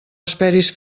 esperis